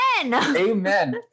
Amen